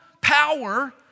power